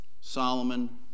Solomon